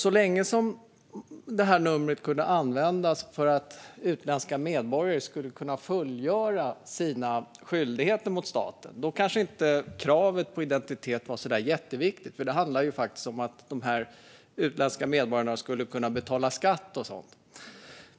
Så länge det användes för att utländska medborgare skulle kunna fullgöra sina skyldigheter mot staten var kanske kravet på identitet inte särskilt viktigt. Det handlade ju om att de utländska medborgarna skulle kunna betala skatt och så vidare.